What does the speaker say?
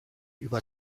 über